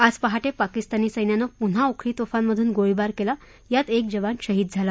आज पहाटे पाकिस्तानी सैन्यानं पुन्हा उखळी तोफांमधून गोळीबार केला यात एक जवान शहीद झाला